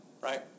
Right